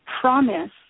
promise